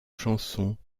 chansons